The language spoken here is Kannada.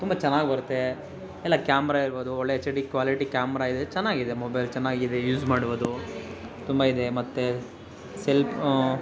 ತುಂಬ ಚೆನ್ನಾಗಿ ಬರ್ತೆ ಎಲ್ಲ ಕ್ಯಾಮ್ರ ಇರ್ಬೋದು ಒಳ್ಳೆ ಎಚ್ ಡಿ ಕ್ವಾಲಿಟಿ ಕ್ಯಾಮ್ರ ಇದೆ ಚೆನ್ನಾಗಿದೆ ಮೊಬೈಲ್ ಚೆನ್ನಾಗಿದೆ ಯೂಸ್ ಮಾಡ್ಬೋದು ತುಂಬ ಇದೆ ಮತ್ತು ಸೆಲ್ಪ್